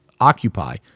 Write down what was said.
occupy